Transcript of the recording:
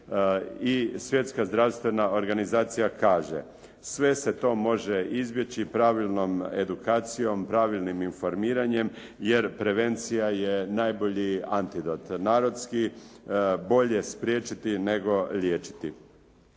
Svjetska zdravstvena organizacija kaže: "Sve se to može izbjeći pravilnom edukacijom, pravilnim informiranjem jer prevencija je najbolji antidot. Narodski, bolje spriječiti, nego liječiti."